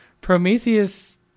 Prometheus